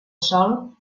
sol